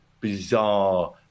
bizarre